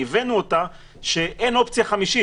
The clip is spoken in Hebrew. ייבאנו אותה שאין אופציה חמישית.